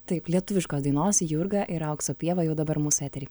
taip lietuviškos dainos jurga ir aukso pieva jau dabar mūsų etery